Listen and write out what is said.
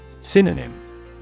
Synonym